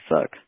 suck